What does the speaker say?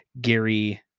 Gary